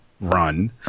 run